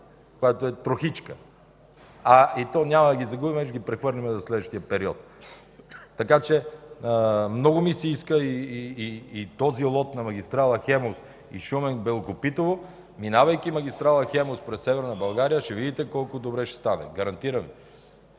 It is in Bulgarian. което е трохичка. И то няма да ги загубим, а ще ги прехвърлим за следващия период, така че много ми се иска и този лот на магистрала „Хемус”, и Шумен – Белокопитово, минавайки магистрала „Хемус” през Северна България, ще видите колко добре ще стане. Гарантирам